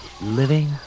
Living